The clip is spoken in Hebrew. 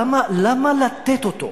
למה לתת אותו